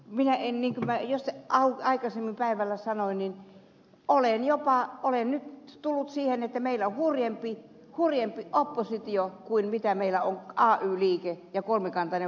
minä en niin kylmää ja sen kuten aikaisemmin päivällä sanoin niin olen jopa nyt tullut siihen tulokseen että meillä on hurjempi oppositio kuin meillä on ay liike ja kolmikantainen valmistelu